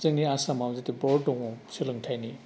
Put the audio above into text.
जोंनि आसामाव जिथु बर्ड दङ सोलोंथाइनि